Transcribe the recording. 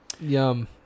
Yum